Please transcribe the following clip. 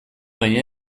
baina